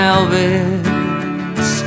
Elvis